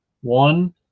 one